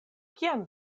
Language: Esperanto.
kion